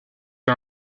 est